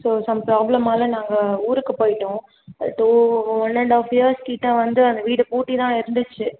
so some problem ஆளை நாங்கள் ஊருக்கு போய்விட்டோம் two one and half years கிட்டே வந்து அந்த வீடு பூட்டி தான் இருந்துச்சு